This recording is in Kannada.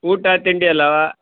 ಊಟ ತಿಂಡಿ ಎಲ್ಲಾ